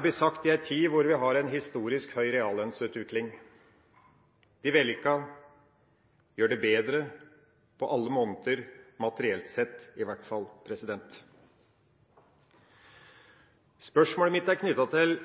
blir sagt i en tid hvor vi har en historisk høy reallønnsutvikling. De vellykkede gjør det bedre på alle måter, materielt sett i hvert fall. Spørsmålet mitt er knyttet til